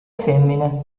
femmine